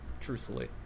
truthfully